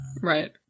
right